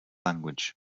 language